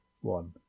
one